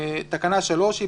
תקנה 3 היא